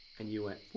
and you went,